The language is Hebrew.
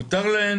מותר להם